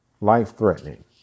Life-threatening